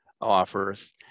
offers